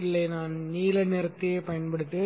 இல்லை நான் நீல நிறத்தையே பயன்படுத்துவேன்